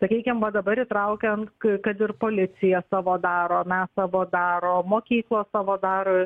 reikiamą dabar įtraukiant kad ir policija savo daro mes savo darom mokykloje savo daro